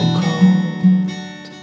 cold